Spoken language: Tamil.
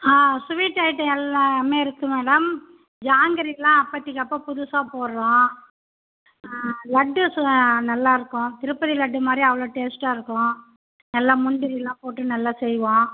சுவீட்டு ஐட்டம் எல்லாம் இருக்குது மேடம் ஜாங்கிரிலாம் அப்போத்திக்கி அப்போ புதுசாக போடுறோம் ஆ லட்டு நல்லாயிருக்கும் திருப்பதி லட்டு மாதிரி அவ்வளோ டேஸ்ட்டாக இருக்கும் நல்லா முந்திரிலாம் போட்டு நல்லா செய்வோம்